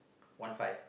one five